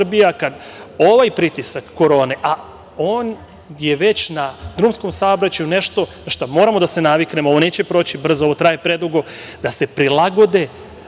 kada ovaj pritisak korone, a on je već na drumskom saobraćaju nešto na šta moramo da se naviknemo, ovo neće proći brzo, ovo traje predugo, da se prilagode,